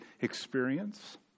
experience